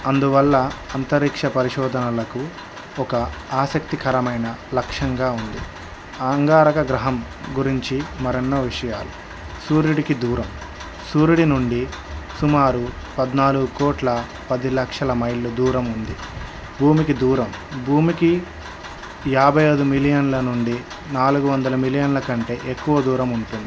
అందువల్ల అంతరిక్ష పరిశోధనలకు ఒక ఆసక్తికరమైన లక్ష్యంగా ఉంది అంగారక గ్రహం గురించి మరెన్నో విషయాలు సూర్యుడికి దూరం సూర్యుడి నుండి సుమారు పద్నాలుగు కోట్ల పది లక్షల మైళ్లు దూరం ఉంది భూమికి దూరం భూమికి యాభై అదు మిలియన్ల నుండి నాలుగు వందల మిలియన్ల కంటే ఎక్కువ దూరం ఉంటుంది